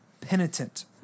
penitent